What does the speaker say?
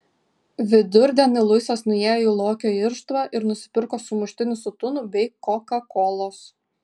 vidurdienį luisas nuėjo į lokio irštvą ir nusipirko sumuštinį su tunu bei kokakolos